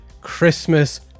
christmas